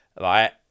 Right